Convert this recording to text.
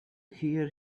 hear